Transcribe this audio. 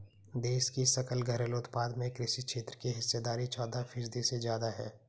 देश की सकल घरेलू उत्पाद में कृषि क्षेत्र की हिस्सेदारी चौदह फीसदी से ज्यादा है